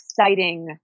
exciting